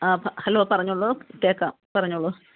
ആ ഹലോ പറഞ്ഞോളൂ കേൾക്കാം പറഞ്ഞോളൂ